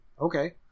okay